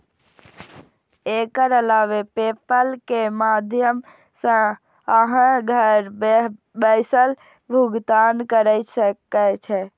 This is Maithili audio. एकर अलावे पेपल के माध्यम सं अहां घर बैसल भुगतान कैर सकै छी